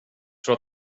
tror